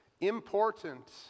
important